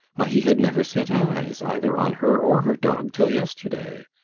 why, he had never set eyes either on her or her dog till yesterday.